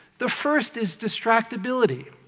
the first is distractibility.